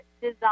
design